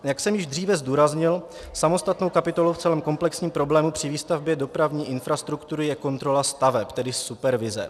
Jak jsem již dříve zdůraznil, samostatnou kapitolou v celém komplexním problému při výstavbě dopravní infrastruktury je kontrola staveb, tedy supervize.